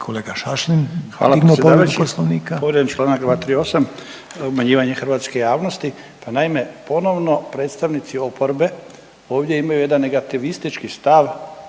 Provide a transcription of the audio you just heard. kolega Šašlin dignuo povredu Poslovnika.